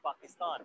Pakistan